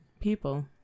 people